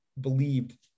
believed